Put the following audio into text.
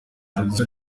producer